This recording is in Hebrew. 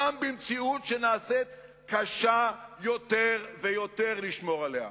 גם במציאות שבה קשה יותר ויותר לשמור עליה.